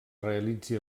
realitzi